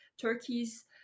Turkey's